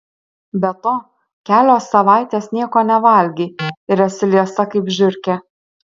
be to kelios savaitės nieko nevalgei ir esi liesa kaip žiurkė